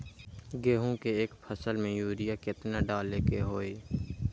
गेंहू के एक फसल में यूरिया केतना डाले के होई?